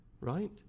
right